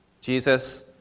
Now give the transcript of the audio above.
Jesus